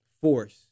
force